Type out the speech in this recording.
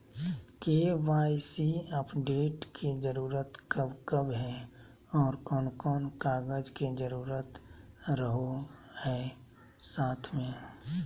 KYC update के जरूरत कब कब है और कौन कौन कागज के जरूरत रहो है साथ में?